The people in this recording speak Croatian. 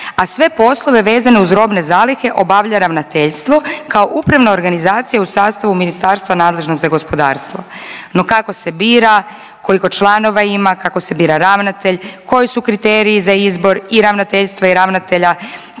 a sve poslove vezane uz poslove robne zalihe obavlja ravnateljstvo kao upravna organizacija u sastavu ministarstva nadležnog za gospodarstvo, no kako se bira, koliko članova ima, kako se bira ravnatelj, koji su kriteriji za izbor i ravnateljstva i ravnatelja,